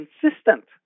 consistent